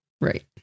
Right